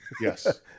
Yes